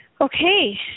Okay